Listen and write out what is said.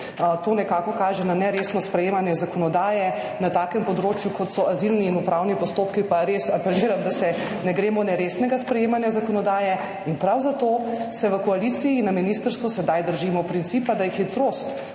To nekako kaže na neresno sprejemanje zakonodaje. Na takem področju, kot so azilni in upravni postopki, pa res apeliram, da se ne gremo neresnega sprejemanja zakonodaje. In prav zato se v koaliciji in na ministrstvu sedaj držimo principa, da je hitrost